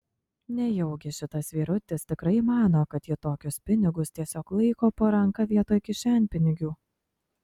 nejaugi šitas vyrutis tikrai mano kad ji tokius pinigus tiesiog laiko po ranka vietoj kišenpinigių